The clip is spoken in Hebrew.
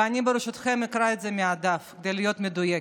ואני ברשותכם אקרא את זה מהדף כדי להיות מדויקת: